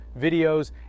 videos